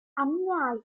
alumni